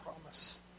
promise